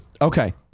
Okay